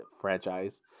franchise